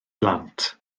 blant